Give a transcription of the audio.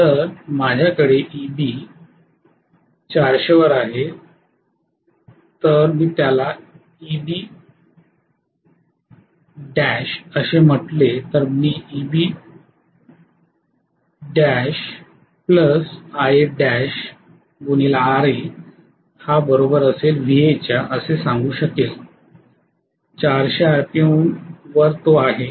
जर माझ्याकडे Eb 400 वर आहे जर मी त्याला Ebl असे म्हटले तर मी Ra Va असे सांगू शकेल 400 आरपीएम वर आहे